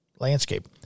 landscape